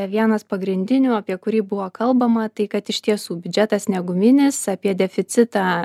vienas pagrindinių apie kurį buvo kalbama tai kad iš tiesų biudžetas ne guminis apie deficitą